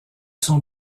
son